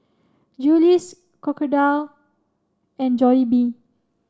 Julie's Crocodile and Jollibee